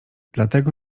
dlatego